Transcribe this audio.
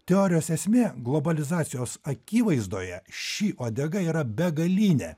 teorijos esmė globalizacijos akivaizdoje ši uodega yra begalinė